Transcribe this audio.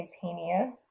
Titania